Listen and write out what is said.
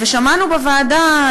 שמענו בוועדה,